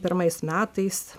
pirmais metais